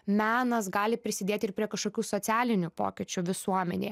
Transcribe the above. menas gali prisidėti ir prie kašokių socialinių pokyčių visuomenėe